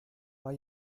war